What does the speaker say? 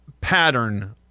pattern